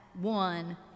one